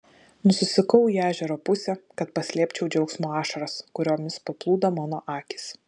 nusisukau į ežero pusę kad paslėpčiau džiaugsmo ašaras kuriomis paplūdo mano akys